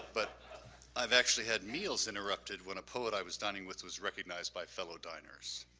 but i've actually had meals interrupted when a poet i was dining with was recognized by fellow diners.